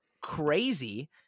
Crazy